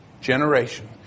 generation